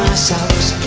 songs